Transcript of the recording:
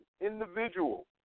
individual